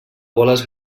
boles